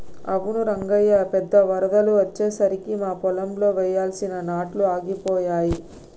అవును రంగయ్య పెద్ద వరదలు అచ్చెసరికి మా పొలంలో వెయ్యాల్సిన నాట్లు ఆగిపోయాయి